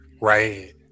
Right